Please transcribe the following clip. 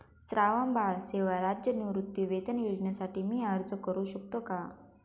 श्रावणबाळ सेवा राज्य निवृत्तीवेतन योजनेसाठी मी अर्ज करू शकतो का?